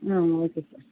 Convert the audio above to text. ம் okay sir